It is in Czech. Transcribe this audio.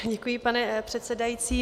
Děkuji, pane předsedající.